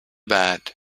bad